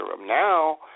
Now